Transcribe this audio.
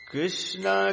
Krishna